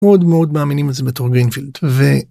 מאוד מאוד מאמינים לזה בתוך גרינפילד.